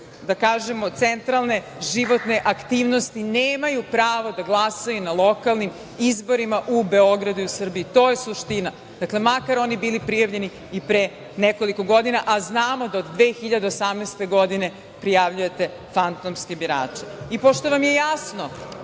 da kažemo, centralne životne aktivnosti, nemaju pravo da glasaju na lokalnim izborima u Beogradu i u Srbiji. To je suština, makar oni bili prijavljeni i pre nekoliko godina, a znamo da od 2018. godine prijavljujete fantomske birače. Pošto vam je jasno